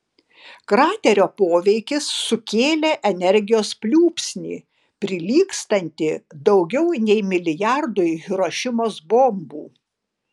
kraterio poveikis sukėlė energijos pliūpsnį prilygstantį daugiau nei milijardui hirošimos bombų